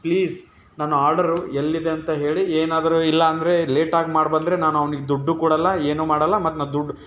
please ನನ್ನ order ಎಲ್ಲಿದೆ ಅಂತ ಹೇಳಿ ಏನಾದರೂ ಇಲ್ಲಾಂದರೆ ಲೇಟಾಗಿ ಮಾಡಿಬಂದ್ರೆ ನಾನು ಅವ್ನಿಗೆ ದುಡ್ಡು ಕೊಡಲ್ಲ ಏನು ಮಾಡಲ್ಲ ಮತ್ತು ನಾ ದುಡ್ಡು